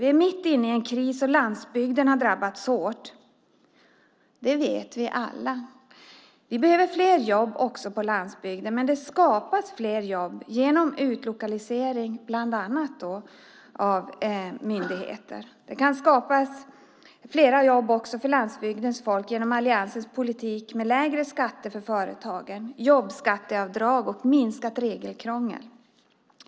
Vi är dessutom mitt i en kris. Landsbygden har drabbats hårt. Alla vet vi det. Det behövs fler jobb också på landsbygden, och det skapas fler jobb bland annat genom utlokalisering av myndigheter. Fler jobb kan också skapas för landsbygdens folk genom alliansens politik med lägre skatter för företagen, med jobbskatteavdrag och med ett minskat regelkrångel.